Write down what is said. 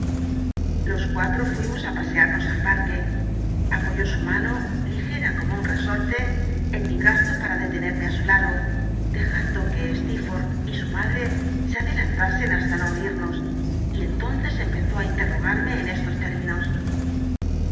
os cuatro fu imos ü pascarnos al parque apoyó su mano ligc a como un esortc en mi brazo para detenerme ü su lado dejando que slecrf wth y su mache se adelantasen hasta no o imo y en tonce empezó ti interrogarme en estos términos